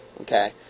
Okay